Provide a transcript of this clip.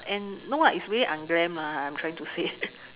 and no lah is very unglam mah I'm trying to say